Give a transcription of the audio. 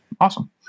Awesome